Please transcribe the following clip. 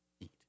Eat